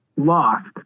lost